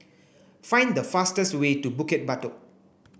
find the fastest way to Bukit Batok